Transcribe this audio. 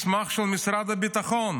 על מסמך של משרד הביטחון.